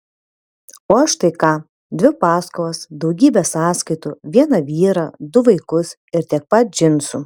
o aš tai ką dvi paskolas daugybę sąskaitų vieną vyrą du vaikus ir tiek pat džinsų